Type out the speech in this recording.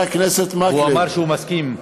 חבר הכנסת מקלב, הוא אמר שהוא מסכים.